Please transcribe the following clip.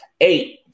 Eight